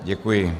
Děkuji.